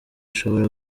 ushobora